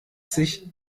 sich